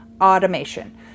automation